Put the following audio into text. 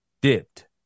dipped